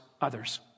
others